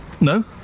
No